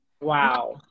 Wow